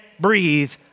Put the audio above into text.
breathe